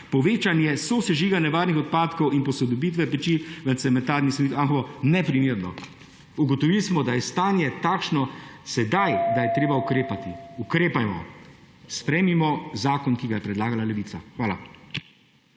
povečanje sosežiga nevarnih odpadkov in posodobitve peči v cementarni Salonit Anhovo neprimerno.« Ugotovili smo, da je stanje takšno sedaj, da je treba ukrepati. Ukrepajmo! Sprejmimo zakon, ki ga je predlagala Levica. Hvala.